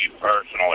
personally